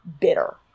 bitter